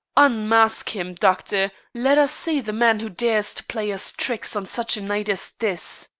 unmask him, doctor let us see the man who dares to play us tricks on such a night as this!